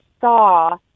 saw